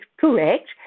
correct